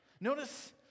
Notice